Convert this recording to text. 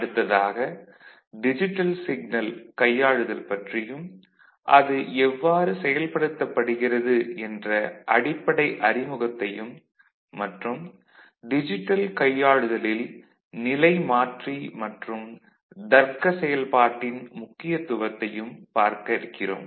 அடுத்ததாக digital signal கையாளுதல் பற்றியும் அது எவ்வாறு செயல்படுத்தப்படுகிறது என்ற அடிப்படை அறிமுகத்தையும் மற்றும் டிஜிட்டல் கையாளுதலில் நிலைமாற்றி மற்றும் தர்க்க செயல்பாட்டின் முக்கியத்துவத்தையும் பார்க்க இருக்கிறோம்